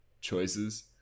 choices